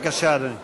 בבקשה, אדוני.